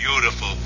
Beautiful